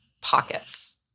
pockets